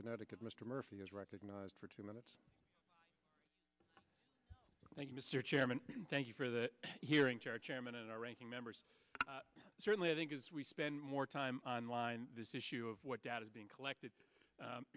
connecticut mr murphy is recognized for two minutes thank you mr chairman thank you for the hearings our chairman and our ranking members certainly i think as we spend more time online this issue of what data is being collected